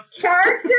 character